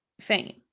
fame